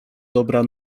dobra